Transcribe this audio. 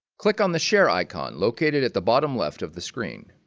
click on the share icon located at the bottom left of the screen